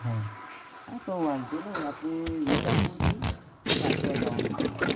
હં હા તો વાંધો નહીં આપણે વિજાપુરથી તે કાસ્વા જવાનું છે